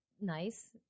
nice